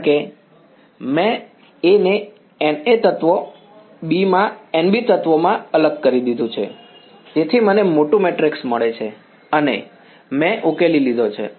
કારણ કે મેં A ને N A તત્વો B માં N B તત્વોમાં અલગ કરી દીધું છે તેથી મને મોટું મેટ્રિક્સ મળે છે અને મેં ઉકેલી લીધો છે